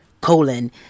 colon